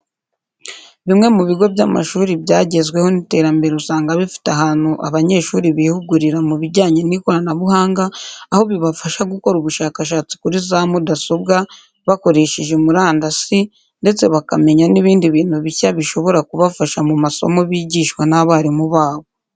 Bimwe mu bigo by’amashuri byagezweho n’iterambere usanga bifite ahantu abanyeshuri bihugurira mu bijyanye n’ikoranabuhanga, aho bibafasha gukora ubushakashatsi kuri za mudasobwa bakoresheje murandasi ndetse bakamenya n’ibindi bintu bishya bishobora kubafasha mu masomo bigishwa n’abarimu babo.